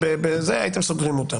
הייתם סוגרים אותם,